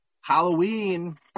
Halloween